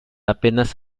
apenas